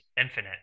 infinite